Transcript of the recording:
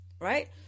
right